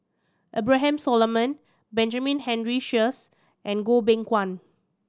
Abraham Solomon Benjamin Henry Sheares and Goh Beng Kwan